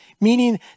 meaning